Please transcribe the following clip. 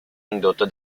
indotto